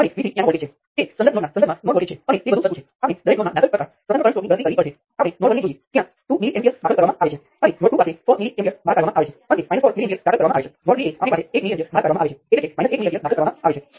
current સ્ત્રોતમાં voltage drop માટે ગૌણ ચલને રજૂ કર્યા વિના ત્યાં KVL લખવું શક્ય નથી